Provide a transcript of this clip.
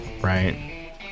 right